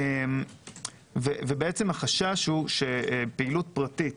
החשש הוא שפעילות פרטית